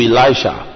Elisha